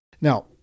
Now